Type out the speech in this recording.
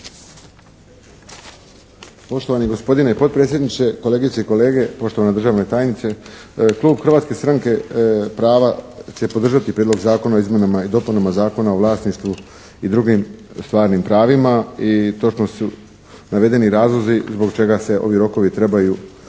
Poštovani gospodine potpredsjedniče, kolegice i kolege, poštovana državna tajnice. Klub Hrvatske stranke prava će podržati Prijedlog zakona o izmjenama i dopunama Zakona o vlasništvu i drugim stvarnim pravima i točno su navedeni razlozi zbog čega se ovi rokovi trebaju